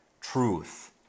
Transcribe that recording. truth